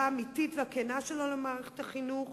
האמיתית והכנה שלו למערכת החינוך.